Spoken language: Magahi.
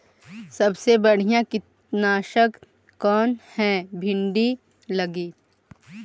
सबसे बढ़िया कित्नासक कौन है भिन्डी लगी?